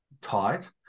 tight